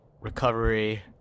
recovery